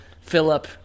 Philip